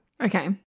Okay